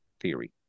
theory